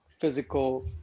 physical